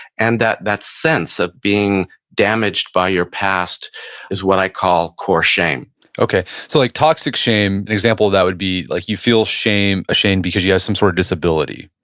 and that that sense of being damaged by your past is what i call core shame okay. so like toxic shame, an example of that would be like you feel ashamed because you have some sort of disability.